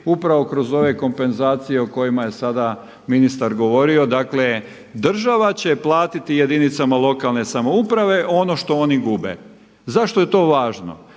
upravo kroz ove kompenzacije o kojima je sada ministar govorio, dakle država će platiti jedinicama lokalne samouprave ono što oni gube. Zašto je to važno?